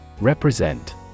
Represent